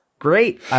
great